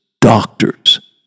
doctors